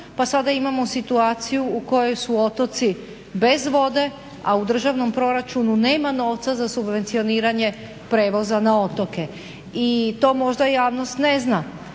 pa sada imamo situaciju u kojoj su otoci bez vode, a u državnom proračunu nema novca za subvencioniranje prijevoza na otoke. I to možda javnost ne zna,